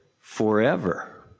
forever